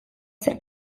zer